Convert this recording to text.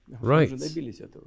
Right